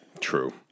True